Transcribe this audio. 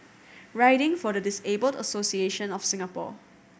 Riding for the Disabled Association of Singapore